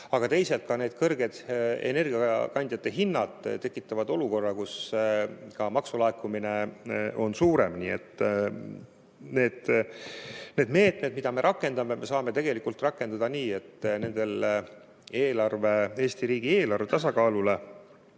aga teisalt ka kõrged energiakandjate hinnad tekitavad olukorra, et maksulaekumine on suurem. Neid meetmeid, mida me rakendame, saame tegelikult rakendada nii, et nendel Eesti riigi eelarve tasakaalule